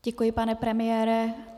Děkuji, pane premiére.